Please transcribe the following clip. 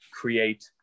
create